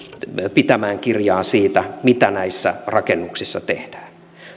pitämään kirjaa siitä mitä näissä rakennuksissa tehdään